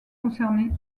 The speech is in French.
concernée